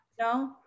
no